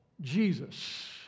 Jesus